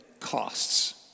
costs